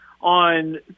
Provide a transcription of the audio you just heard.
on